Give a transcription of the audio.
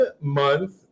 month